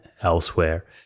elsewhere